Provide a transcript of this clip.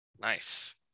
Nice